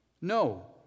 No